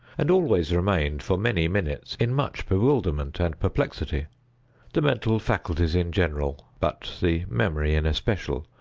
and always remained, for many minutes, in much bewilderment and perplexity the mental faculties in general, but the memory in especial,